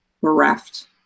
bereft